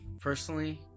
personally